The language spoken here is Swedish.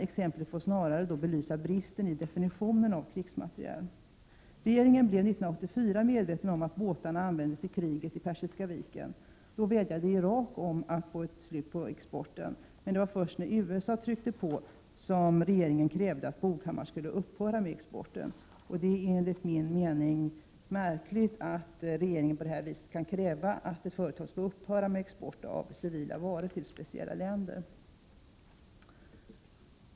Exemplet får snarare belysa bristen i definitionen av krigsmateriel. Regeringen blev 1984 medveten om att båtarna användes i kriget i Persiska viken. Irak vädjade då om att få ett slut på exporten. Det var emellertid först när USA tryckte på som regeringen krävde att Boghammar skulle upphöra med exporten. Det är enligt min mening märkligt att regeringen på det viset kan kräva att ett företag skall upphöra med export av civila varor till specifika länder.